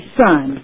son